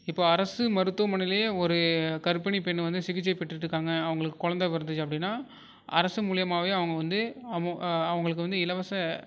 இப்போ அரசு மருத்துமனைலேயே ஒரு கர்ப்பிணி பெண் வந்து சிகிச்சை பெற்றுகிட்ருக்காங்க அவங்களுக்கு குழந்த பிறந்துச்சி அப்படின்னா அரசு மூலயமாவே அவங்க வந்து அவு அவங்களுக்கு வந்து இலவச